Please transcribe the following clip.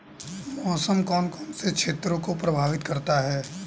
मौसम कौन कौन से क्षेत्रों को प्रभावित करता है?